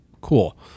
Cool